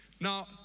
Now